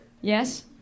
yes